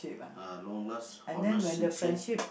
uh long last honest sincere